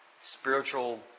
spiritual